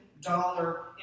dollar